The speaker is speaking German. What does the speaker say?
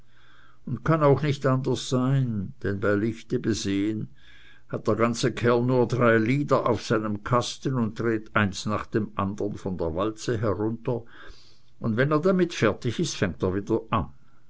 und kann auch nicht anders sein denn bei lichte besehen hat der ganze kerl nur drei lieder auf seinem kasten und dreht eins nach dem andern von der walze herunter und wenn er damit fertig ist fängt er wieder an